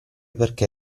perché